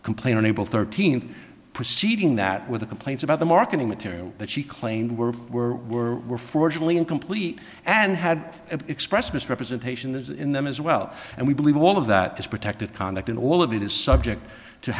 complaint unable thirteen proceeding that with the complaints about the marketing material that she claimed were were were were fortunately incomplete and had expressed misrepresentations in them as well and we believe all of that is protected conduct in all of it is subject to